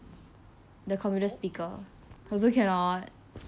the computer speaker also cannot